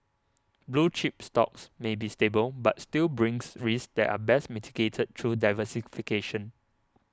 blue chip stocks may be stable but still brings risks that are best mitigated through diversification